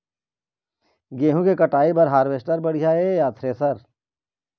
गेहूं के कटाई बर हारवेस्टर बढ़िया ये या थ्रेसर?